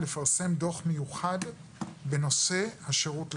לפרסם דוח מיוחד בנושא השירות לציבור,